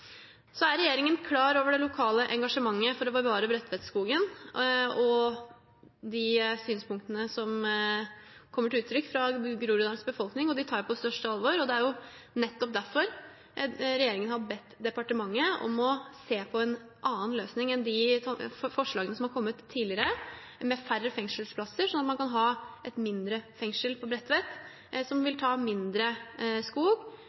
er klar over det lokale engasjementet for å bevare Bredtvetskogen og de synspunktene som kommer til uttrykk fra Groruddalens befolkning, og det tar jeg på største alvor. Det er nettopp derfor regjeringen har bedt departementet om å se på en annen løsning enn de forslagene som har kommet tidligere, med færre fengselsplasser, slik at man kan ha et mindre fengsel på Bredtvet, noe som vil ta mindre skog.